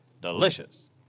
delicious